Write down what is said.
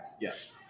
Yes